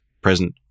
present